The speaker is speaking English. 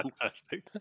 Fantastic